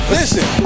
Listen